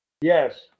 Yes